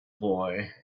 boy